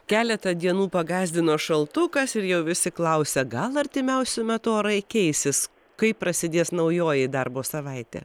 keletą dienų pagąsdino šaltukas ir jau visi klausia gal artimiausiu metu orai keisis kaip prasidės naujoji darbo savaitė